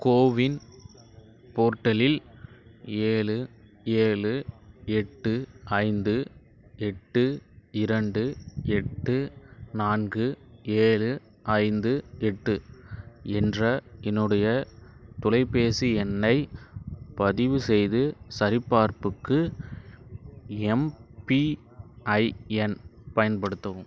CoWIN போர்ட்டலில் ஏழு ஏழு எட்டு ஐந்து எட்டு இரண்டு எட்டு நான்கு ஏழு ஐந்து எட்டு என்ற என்னுடைய தொலைப்பேசி எண்ணைப் பதிவு செய்து சரிபார்ப்புக்கு எம்பிஐஎன் பயன்படுத்தவும்